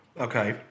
Okay